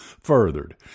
furthered